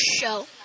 show